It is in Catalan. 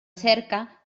cerca